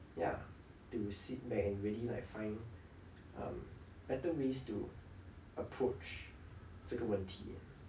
ya to sit back and really like find um better ways to approach 这个问题